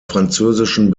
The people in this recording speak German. französischen